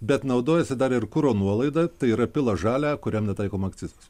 bet naudojasi dar ir kuro nuolaida tai yra pila žalią kuriam netaikoma akcizas